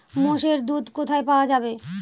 মোষের দুধ কোথায় পাওয়া যাবে?